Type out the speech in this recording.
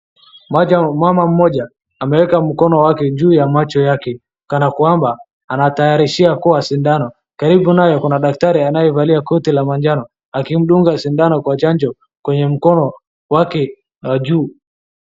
Mama mmoja ameweka mkono wake juu ya macho yake kana kwamba anatahayarishia kua sindano. Karibu naye kuna daktari anayevalia koti la manjano akimdunga sindano kwa chanjo kwenye mkono wake wa juu.